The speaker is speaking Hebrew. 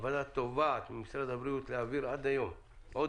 הוועדה תובעת ממשרד הבריאות להעביר עוד היום